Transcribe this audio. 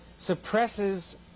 suppresses